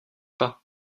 pas